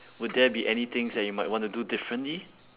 would there be any things that you might wanna do differently